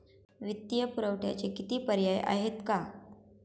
वित्तीय पुरवठ्याचे किती पर्याय आहेत का?